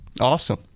awesome